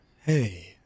hey